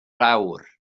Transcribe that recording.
awr